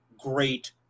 great